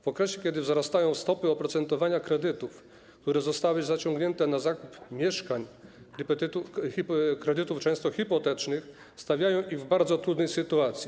W okresie, kiedy wzrastają stopy oprocentowania kredytów, które zostały zaciągnięte na zakup mieszkań, kredytów często hipotecznych, stawia ich to w bardzo trudnej sytuacji.